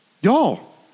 Y'all